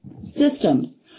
systems